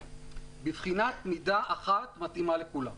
בבחינת מידה אחת מתאימה לכולם.